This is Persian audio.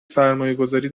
سرمایهگذاری